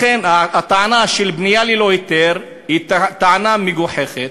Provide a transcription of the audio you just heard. לכן, הטענה של בנייה ללא היתר היא טענה מגוחכת,